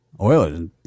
Oilers